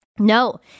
No